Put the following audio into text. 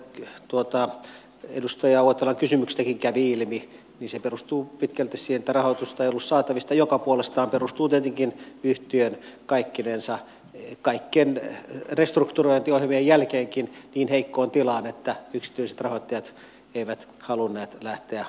kuten edustaja uotilan kysymyksestäkin kävi ilmi se perustuu pitkälti siihen että rahoitusta ei ollut saatavissa mikä puolestaan perustuu tietenkin kaikkien restrukturointiohjelmien jälkeenkin yhtiön niin heikkoon tilaan että yksityiset rahoittajat eivät halunneet lähteä matkaan mukaan